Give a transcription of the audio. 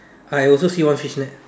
I also see one fish net